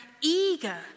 eager